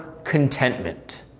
contentment